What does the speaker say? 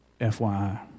FYI